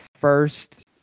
first